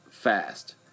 Fast